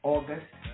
August